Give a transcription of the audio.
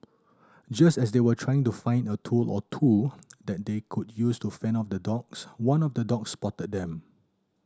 just as they were trying to find a tool or two that they could use to fend off the dogs one of the dogs spotted them